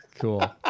Cool